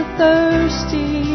thirsty